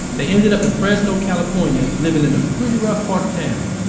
they ended up in fresno, california living in a pretty rough part of town.